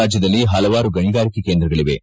ರಾಜ್ಯದಲ್ಲಿ ಹಲವಾರು ಗಣಿಗಾರಿಕೆ ಕೇಂದ್ರಗಳಿವೆ